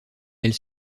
elle